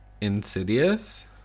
Insidious